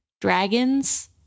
dragons